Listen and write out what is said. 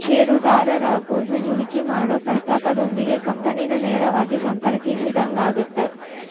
ಷೇರುದಾರರಾಗೋದು ಹೂಡಿಕಿ ಮಾಡೊ ಪ್ರಸ್ತಾಪದೊಂದಿಗೆ ಕಂಪನಿನ ನೇರವಾಗಿ ಸಂಪರ್ಕಿಸಿದಂಗಾಗತ್ತ